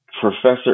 Professor